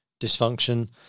dysfunction